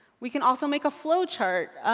we can also make a flowchart.